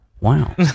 Wow